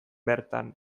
bertan